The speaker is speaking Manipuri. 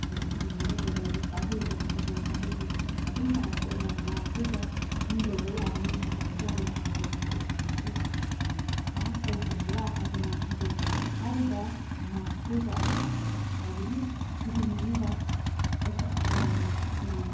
ꯑꯩꯈꯣꯏꯒꯤ ꯇꯤꯚꯤꯗ ꯀꯩꯗꯗꯤ ꯇꯥꯖꯩ ꯇꯧꯕꯇꯕꯨ ꯃꯗꯨꯒꯤ ꯃꯇꯨꯡ ꯇꯥꯔꯛꯄ ꯑꯣꯏꯅ ꯃꯥꯔꯁꯁꯤꯗ ꯃꯤ ꯂꯩꯕ ꯌꯥꯒꯅꯤ ꯅꯠꯇ꯭ꯔꯒ ꯌꯥꯔꯣꯏ ꯍꯥꯏꯕꯗꯣ ꯉꯁꯤꯐꯥꯎꯕꯗꯗꯤ ꯀꯟꯐꯥꯞ ꯇꯧꯗ꯭ꯔꯤꯕ꯭ꯔꯥ ꯍꯥꯏꯗꯅ ꯈꯟꯖꯩ ꯍꯥꯏꯔꯤꯕ ꯃꯥꯔꯁꯁꯤꯗꯩꯗ ꯈ꯭ꯋꯥꯏꯗꯒꯤ ꯊꯤꯖꯤꯟꯅꯅꯤꯡꯉꯤꯕ ꯄꯣꯠꯁꯛ ꯍꯥꯏꯔꯒꯗꯤ ꯑꯩꯈꯣꯏꯅ